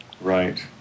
Right